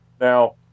Now